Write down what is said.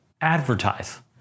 advertise